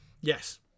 yes